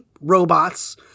robots